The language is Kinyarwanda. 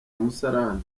musarani